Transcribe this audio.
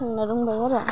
संनो रोंबाय आरो